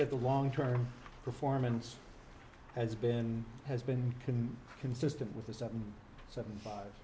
that the long term performance has been has been can consistent with a seven seven five